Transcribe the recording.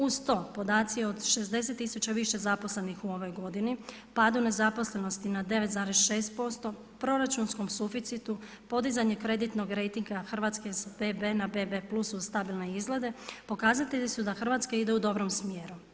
Uz to, podaci od 60000 više zaposlenih u ovoj godini, padu nezaposlenosti na 9,6% proračunskom suficitu, podizanju kreditnog rejtinga Hrvatske na PB na PB plus na stabilne izglede, pokazatelji su da Hrvatska ide u dobrom smjeru.